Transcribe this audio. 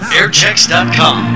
Airchecks.com